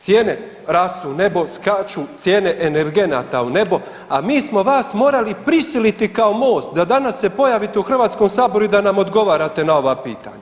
Cijene rastu u nebo, skaču cijene energenata u nebo, a mi smo vas morali prisiliti kao MOST da danas se pojavite u Hrvatskom saboru i da nam odgovarate na ova pitanja.